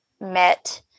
met